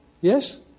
Yes